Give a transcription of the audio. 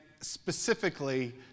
specifically